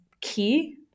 key